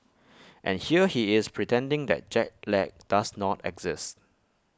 and here he is pretending that jet lag does not exist